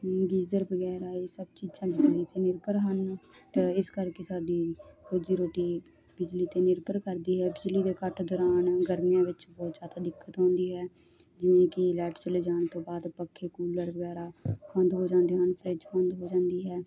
geyser ਵਗੈਰਾ ਇਹ ਸਭ ਚੀਜ਼ਾਂ ਬਿਜਲੀ 'ਤੇ ਨਿਰਭਰ ਹਨ ਤਾਂ ਇਸ ਕਰਕੇ ਸਾਡੀ ਰੋਜ਼ੀ ਰੋਟੀ ਬਿਜਲੀ 'ਤੇ ਨਿਰਭਰ ਕਰਦੀ ਹੈ ਬਿਜਲੀ ਦੇ ਕੱਟ ਦੌਰਾਨ ਗਰਮੀਆਂ ਵਿੱਚ ਬਹੁਤ ਜ਼ਿਆਦਾ ਦਿੱਕਤ ਹੁੰਦੀ ਹੈ ਜਿਵੇਂ ਕਿ ਲੈਟ ਚਲੇ ਜਾਣ ਤੋਂ ਬਾਅਦ ਪੱਖੇ ਕੂਲਰ ਵਗੈਰਾ ਬੰਦ ਹੋ ਜਾਂਦੇ ਹਨ ਫਰਿੱਜ ਬੰਦ ਹੋ ਜਾਂਦੀ ਹੈ